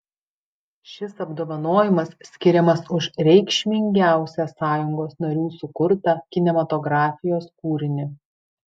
šis apdovanojimas skiriamas už reikšmingiausią sąjungos narių sukurtą kinematografijos kūrinį